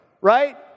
Right